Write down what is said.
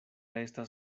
estas